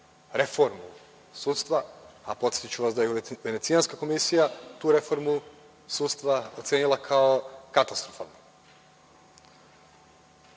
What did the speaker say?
reformu sudstva. Podsetiću vas da je Venecijanska komisija tu reformu sudstva ocenila kao katastrofalnu. Znam